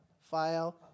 file